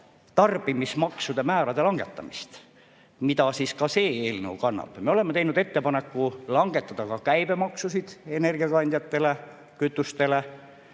tarbimismaksude määrade langetamist, mida ka see eelnõu kannab. Me oleme teinud ettepaneku langetada käibemaksusid energiakandjate, kütuste